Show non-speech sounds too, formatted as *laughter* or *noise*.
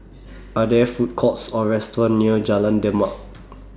Are There Food Courts Or restaurants near Jalan Demak *noise*